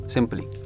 Simply